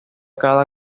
cada